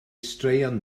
straeon